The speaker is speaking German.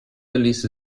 ließe